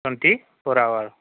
twenty four hour